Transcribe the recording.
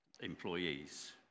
employees